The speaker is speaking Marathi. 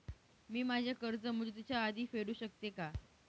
मी माझे कर्ज मुदतीच्या आधी फेडू शकते का?